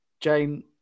Jane